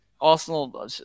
Arsenal